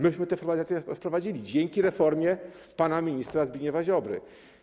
Myśmy te specjalizacje wprowadzili dzięki reformie pana ministra Zbigniewa Ziobry.